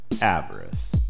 avarice